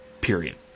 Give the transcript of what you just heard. period